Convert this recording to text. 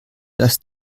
dass